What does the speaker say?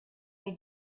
you